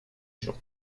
gens